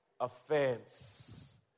offense